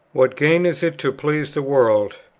what gain is it to please the world,